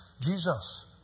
Jesus